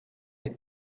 est